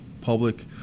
public